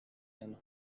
and